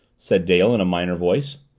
said dale in a minor voice.